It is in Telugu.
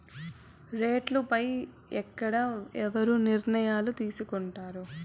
రేట్లు పై ఎక్కడ ఎవరు నిర్ణయాలు తీసుకొంటారు?